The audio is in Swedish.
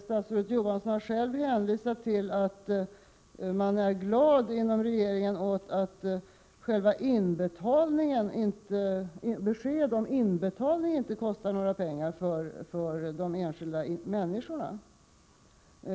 Statsrådet Johansson har själv hänvisat till att man inom regeringen är glad åt att besked om inbetalning inte kostar några pengar för de enskilda människorna.